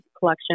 collection